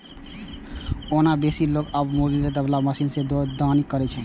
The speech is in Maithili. ओना बेसी लोक आब मूंगरीक बदला मशीने सं दौनी करै छै